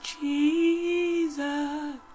Jesus